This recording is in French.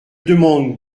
demande